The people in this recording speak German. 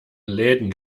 läden